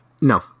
No